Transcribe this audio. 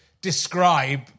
describe